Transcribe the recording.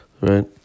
right